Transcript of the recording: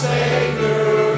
Savior